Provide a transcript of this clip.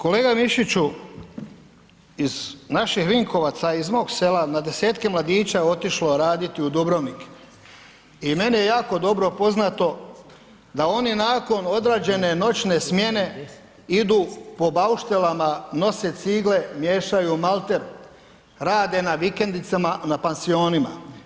Kolega Mišiću, iz naših Vinkovaca, iz mog sela na desetke mladića je otišlo raditi u Dubrovnik i meni je jako dobro poznato da oni nakon odrađene noćne smjene idu po bauštelama, nose cigle, miješaju malter, rade na vikendicama, na pansionima.